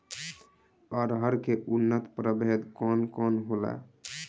अरहर के उन्नत प्रभेद कौन कौनहोला?